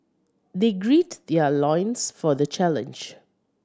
they great their loins for the challenge